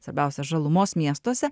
svarbiausia žalumos miestuose